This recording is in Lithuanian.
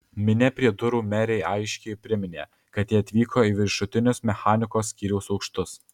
minia prie durų merei aiškiai priminė kad ji atvyko į viršutinius mechanikos skyriaus aukštus